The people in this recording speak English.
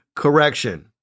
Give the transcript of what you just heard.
Correction